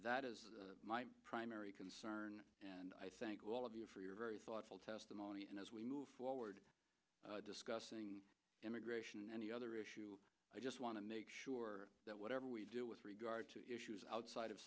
that is my primary concern and i thank all of you for your very thoughtful testimony and as we move forward discussing immigration and the other issue i just want to make sure that whatever we do with regard to issues outside of